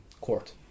court